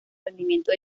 rendimiento